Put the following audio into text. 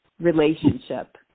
relationship